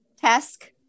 task